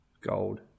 Gold